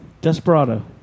Desperado